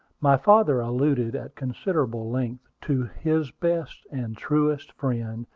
my father alluded at considerable length to his best and truest friend,